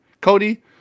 Cody